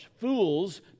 Fools